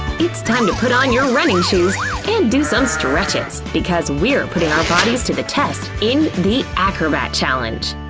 it's time to put on your running shoes and do some stretches because we're putting our bodies to the test in the acrobat challenge!